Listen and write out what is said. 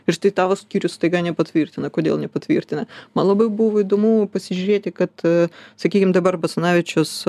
ir štai tavo skyrius staiga nepatvirtina kodėl nepatvirtina man labai buvo įdomu pasižiūrėti kad sakykime dabar basanavičiaus